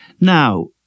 Now